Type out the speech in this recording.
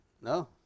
No